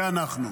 זה אנחנו.